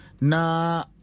na